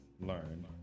learn